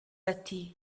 ati